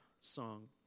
song